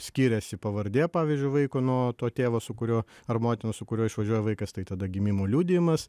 skiriasi pavardė pavyzdžiui vaiko nuo to tėvo su kurio ar motinos su kuriuo išvažiuoja vaikas tai tada gimimo liudijimas